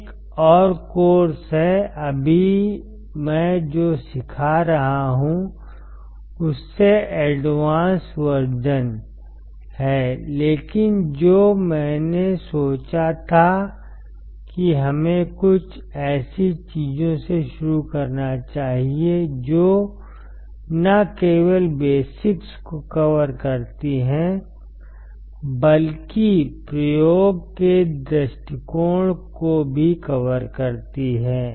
एक और कोर्स है अभी मैं जो सिखा रहा हूं उससे एडवांस वर्जन है लेकिन जो मैंने सोचा था कि हमें कुछ ऐसी चीजों से शुरू करना चाहिए जो न केवल बेसिक्स को कवर करती हैं बल्कि प्रयोग के दृष्टिकोण को भी कवर करती हैं